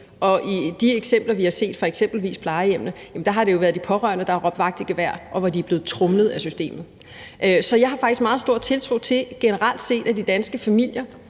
I de eksempler, vi har set fra eksempelvis plejehjemmene, har det jo været de pårørende, der har råbt vagt i gevær, og som er blevet tromlet af systemet. Så jeg har faktisk generelt set meget stor tiltro til, at de danske familier